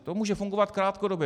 To může fungovat krátkodobě.